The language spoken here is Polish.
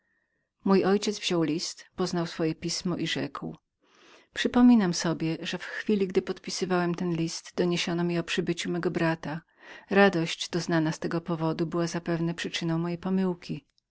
mój ojciec wziął list poznał swoje pismo i rzekł przypominam sobie jwpanie że w chwili gdy podpisywałem ten list doniesiono mi o przybyciu mego brata radość doznana z tego powodu była zapewne przyczyną mojej pomyłki